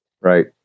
Right